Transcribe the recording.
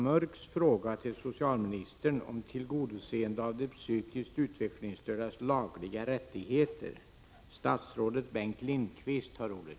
Därmed är även jag nöjd med justitieministerns inställning.